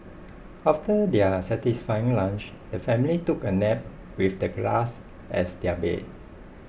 after their satisfying lunch the family took a nap with the grass as their bed